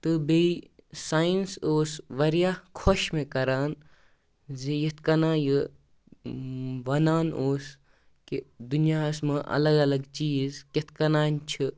تہٕ بیٚیہِ ساینَس اوس واریاہ خۄش مےٚ کَران زِ یِتھ کٔنۍ یہِ وَنان اوس کہِ دُنیاہَس منٛز الگ الگ چیٖز کِتھٕ کٔنۍ چھِ